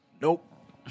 Nope